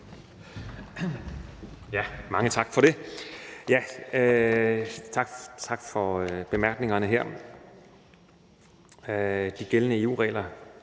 Mange tak for det. Tak for bemærkningerne her. De gældende EU-regler